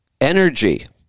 Energy